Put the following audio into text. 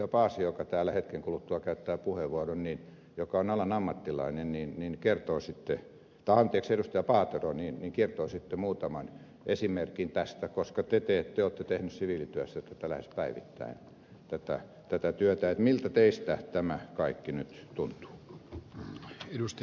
paatero joka täällä hetken kuluttua käyttää puheenvuoron ja joka on alan ammattilainen niin en kertoisitte anteeksi ja paatero niini kertoo sitten muutaman esimerkin tästä koska te olette tehnyt siviilityössä lähes päivittäin tätä työtä miltä teistä tämä kaikki nyt tuntuu